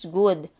good